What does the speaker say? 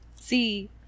See